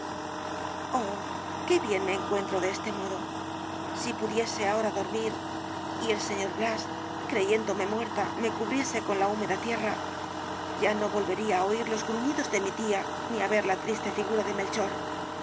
qué bien me encuentro de este modo si pudiese ahora dormir y el señor blas creyéndome muerta me cubriese con la húmeda tierra ya no volvería á oir los gruñidos de mi tía ni á ver la triste figura de melchor